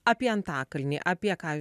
apie antakalnį apie ką